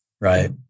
Right